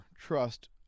trust